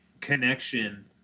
connection